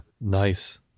nice